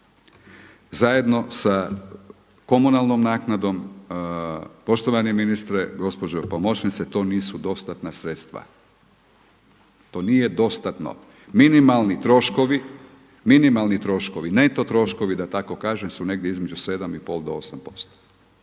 Zajedno s komunalnom naknadom, poštovani ministre, gospođo pomoćnice, to nisu dostatna sredstva. To nije dostatno. Minimalni troškovi, neto troškovi da tako kažem, su negdje su između 7,5 do 8